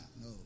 No